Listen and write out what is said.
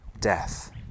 death